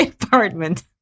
apartment